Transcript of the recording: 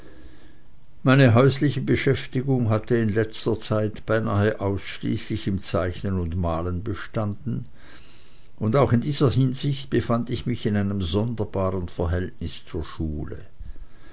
meine häusliche beschäftigung hatte in letzter zeit beinahe ausschließlich in zeichnen und malen bestanden und auch in dieser hinsicht befand ich mich in einem sonderbaren verhältnis zur schule